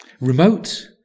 Remote